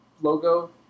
logo